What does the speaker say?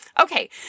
Okay